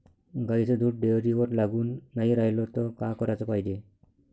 गाईचं दूध डेअरीवर लागून नाई रायलं त का कराच पायजे?